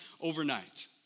overnight